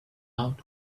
out